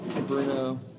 Bruno